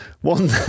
One